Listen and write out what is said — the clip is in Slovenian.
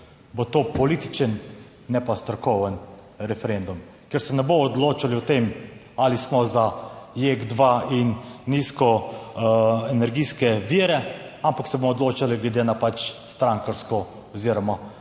bo to političen, ne pa strokoven referendum? Ker se ne bo odločalo o tem, ali smo za Jek 2 in nizko energijske vire, ampak se bomo odločali glede na pač strankarsko oziroma